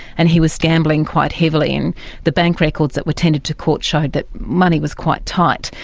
and he was gambling quite heavily. and the bank records that were tendered to court showed that money was quite tight.